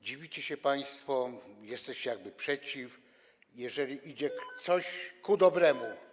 Dziwicie się państwo, jesteście jakby przeciw, jeżeli coś idzie ku dobremu.